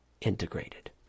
integrated